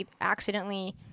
accidentally